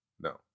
No